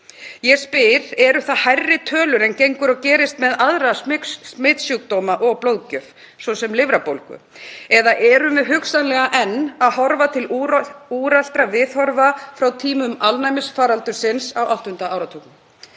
Ég spyr: Eru það hærri tölur en gengur og gerist með aðra smitsjúkdóma og blóðgjöf, svo sem lifrarbólgu? Eða erum við hugsanlega enn að horfa til úreltra viðhorfa frá tímum alnæmisfaraldursins á áttunda áratugnum?